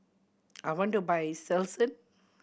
I want to buy Selsun